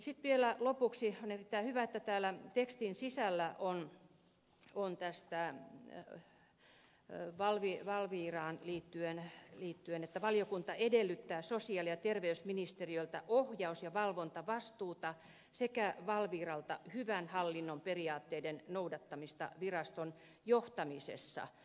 sitten vielä lopuksi on erittäin hyvä että täällä tekstin sisällä on valviraan liittyen että valiokunta edellyttää sosiaali ja terveysministeriöltä ohjaus ja valvontavastuuta sekä valviralta hyvän hallinnon periaatteiden noudattamista viraston johtamisessa